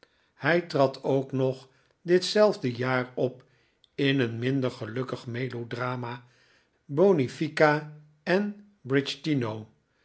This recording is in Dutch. hij trad ook nog ditzelfdo jaar op in een minder gelukkig melodrama boniflca en